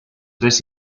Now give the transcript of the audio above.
tres